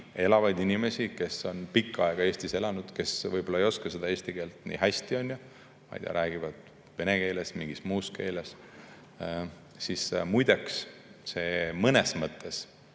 elavaid inimesi, kes on pikka aega Eestis elanud, aga kes võib-olla ei oska eesti keelt nii hästi, räägivad vene keeles või mingis muus keeles, siis muideks, see mõnes mõttes,